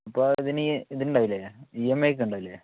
ഇപ്പം ഇത് ഇനി ഇതുണ്ടാവില്ലെ ഇ എം ഐ ഒക്കെ ഉണ്ടാവില്ലേ